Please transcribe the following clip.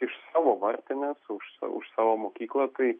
iš savo varpinės už savo savo mokyklą tai